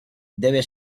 debe